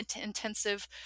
intensive